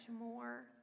more